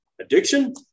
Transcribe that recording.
addiction